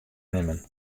nimmen